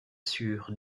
sur